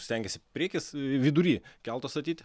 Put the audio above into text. stengiasi priekis vidury kelto statyti